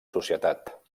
societat